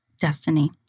destiny